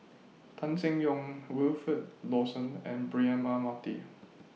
Tan Seng Yong Wilfed Lawson and Braema Mathi